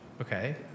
okay